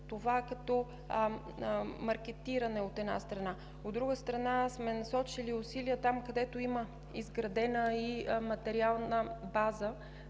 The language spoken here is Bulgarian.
Това е като маркетиране, от една страна. От друга страна, сме насочили усилията там, където има изградена материална база,